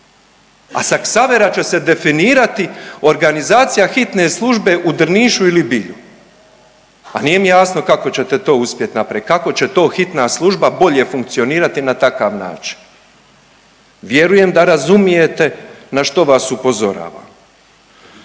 a sa Ksavera će se definirati organizacija hitne službe u Drnišu ili Bilju. Pa nije mi jasno kako ćete to uspjeti napraviti, kako će to hitna služba bolje funkcionirati na takav način. Vjerujem da razumijete na što vas upozoravam.